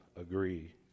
agree